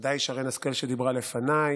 ובוודאי לשרן השכל, שדיברה לפניי,